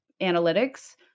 analytics